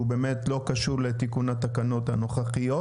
שהוא באמת לא קשור לתיקון התקנות הנוכחיות,